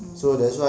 mm